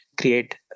create